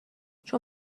چون